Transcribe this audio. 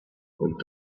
und